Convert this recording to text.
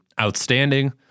outstanding